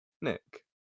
Nick